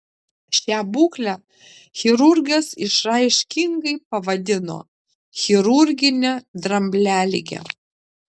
šią būklę chirurgas išraiškingai pavadino chirurgine dramblialige